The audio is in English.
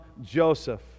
Joseph